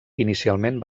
inicialment